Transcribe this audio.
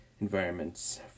environments